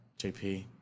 JP